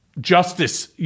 justice